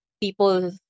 people